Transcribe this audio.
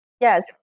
Yes